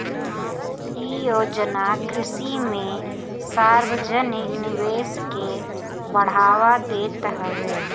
इ योजना कृषि में सार्वजानिक निवेश के बढ़ावा देत हवे